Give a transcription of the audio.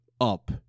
up